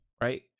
right